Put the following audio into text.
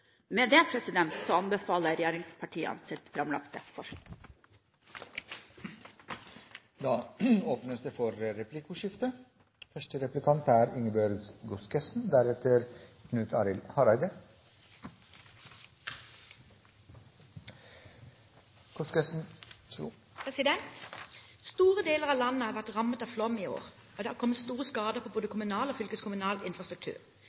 Med dette anbefaler jeg regjeringspartienes framlagte forslag Det åpnes for replikkordskifte. Store deler av landet har vært rammet av flom i år, og det har kommet store skader på både kommunal og fylkeskommunal infrastruktur.